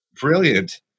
Brilliant